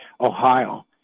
Ohio